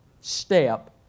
step